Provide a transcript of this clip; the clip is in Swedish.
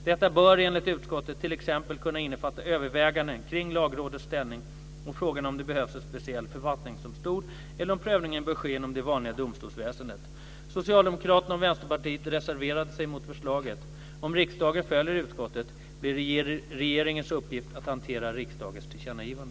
Detta bör enligt utskottet t.ex. kunna innefatta överväganden kring Lagrådets ställning och frågan om det behövs en speciell författningsdomstol eller om prövning bör ske inom det vanliga domstolsväsendet. Socialdemokraterna och Vänsterpartiet reserverade sig mot förslaget. Om riksdagen följer utskottet blir det regeringens uppgift att hantera riksdagens tillkännagivande.